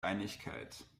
einigkeit